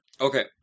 Okay